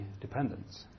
dependence